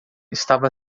estava